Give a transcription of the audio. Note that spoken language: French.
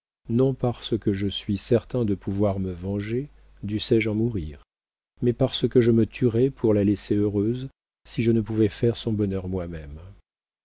non parce que je suis certain de pouvoir me venger dussé-je en mourir mais parce que je me tuerais pour la laisser heureuse si je ne pouvais faire son bonheur moi-même